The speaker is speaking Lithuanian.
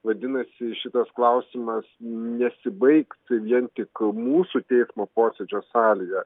vadinasi šitas klausimas nesibaigtų vien tik mūsų teismo posėdžio sąlyga